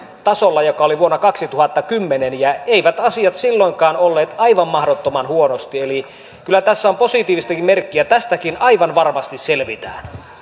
tasolla joka oli vuonna kaksituhattakymmenen eivät asiat silloinkaan olleet aivan mahdottoman huonosti eli kyllä tässä on positiivistakin merkkiä tästäkin aivan varmasti selvitään